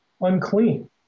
unclean